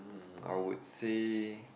I would say